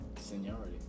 seniority